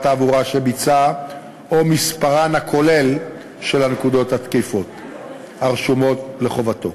תעבורה שביצע או מספרן הכולל של הנקודות התקפות הרשומות לחובתו.